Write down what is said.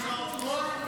נצביע איתך.